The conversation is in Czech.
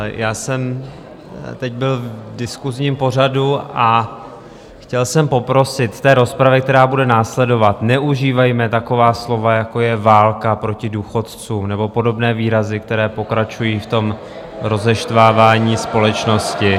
Já jsem teď byl v diskusním pořadu a chtěl jsem poprosit v té rozpravě, která bude následovat, neužívejme taková slova, jako je válka proti důchodcům nebo podobné výrazy, které pokračují v tom rozeštvávání společnosti.